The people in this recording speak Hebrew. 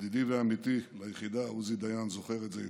ידידי ועמיתי ליחידה עוזי דיין זוכר את זה היטב.